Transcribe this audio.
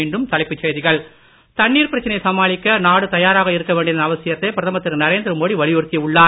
மீண்டும் தலைப்புச் செய்திகள் தண்ணீர் பிரச்சனையை சமாளிக்க நாடு தயாராக இருக்க வேண்டியதன் அவசியத்தை பிரதமர் திரு நரேந்திரமோடி வலியுறுத்தி உள்ளார்